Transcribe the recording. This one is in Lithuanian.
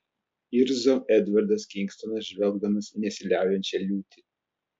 irzo edvardas kingstonas žvelgdamas į nesiliaujančią liūtį